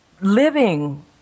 living